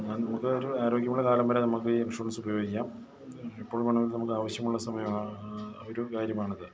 നമുക്ക് ഒരു ആരോഗ്യമുള്ള കാലംവരെ നമുക്ക് ഈ ഇൻഷുറൻസ് ഉപയോഗിക്കാം എപ്പോൾ വേണമെങ്കിലും നമുക്കാവശ്യമുള്ള സമയം ആ ഒരു കാര്യമാണിത്